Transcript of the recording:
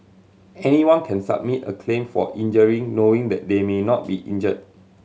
anyone can submit a claim for injury knowing that they may not be injure